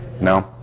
No